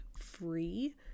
free